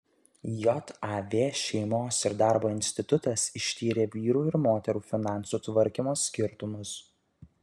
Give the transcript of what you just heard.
jav šeimos ir darbo institutas ištyrė vyrų ir moterų finansų tvarkymo skirtumus